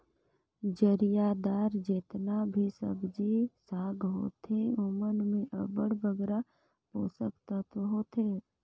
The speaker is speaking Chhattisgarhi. जरियादार जेतना भी सब्जी साग होथे ओमन में अब्बड़ बगरा पोसक तत्व होथे